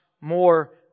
more